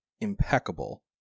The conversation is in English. impeccable